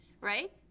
right